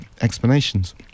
explanations